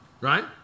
right